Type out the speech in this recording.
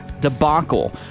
debacle